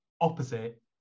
opposite